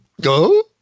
Go